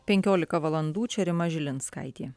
penkiolika valandų čia rima žilinskaitė